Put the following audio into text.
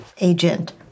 agent